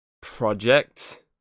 project